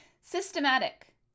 Systematic